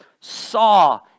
saw